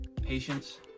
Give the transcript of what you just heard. Patience